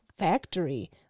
factory